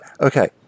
Okay